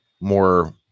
more